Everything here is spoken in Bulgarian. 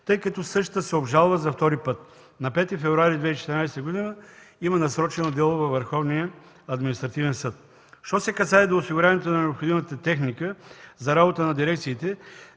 тъй като същата се обжалва за втори път. На 5 февруари 2014 г. има насрочено дело във Върховния административен съд. Що се касае до осигуряването на необходимата техника за работа на дирекциите,